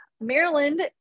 Maryland